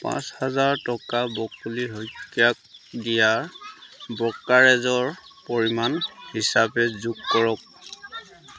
পাঁচ হাজাৰ টকা বকুলি শইকীয়াক দিয়া ব্ৰ'কাৰেজৰ পৰিমাণ হিচাপে যোগ কৰক